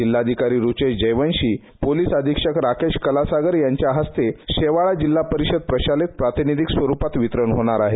जिल्हाधिकारी रुचेश जयवंशी पोलीस अधीक्षक राकेश कलासागर यांच्या हस्ते शेवळा जिल्हा परिषद प्रशालेत प्रातिनिधीक स्वरुपात वितरण होणार आहे